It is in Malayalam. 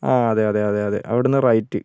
ആ അതേ അതേ അതേ അതേ അവിടെ നിന്ന് റൈറ്റ്